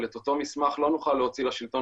אבל את אותו מסמך לא נוכל להוציא לשלטון